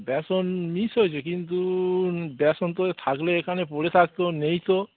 ব্যসন miss হয়েছে কিন্তু ব্যাসন তো থাকলে এখানে পড়ে থাকতো নেই তো